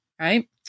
right